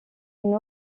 une